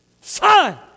Son